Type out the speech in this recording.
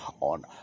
on